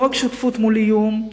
לא רק שותפות מול איום,